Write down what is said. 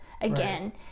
again